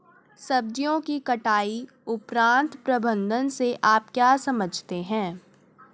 सब्जियों की कटाई उपरांत प्रबंधन से आप क्या समझते हैं?